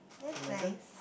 my turn